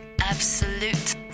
Absolute